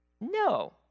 no